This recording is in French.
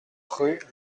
rue